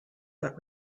but